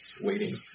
waiting